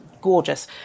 gorgeous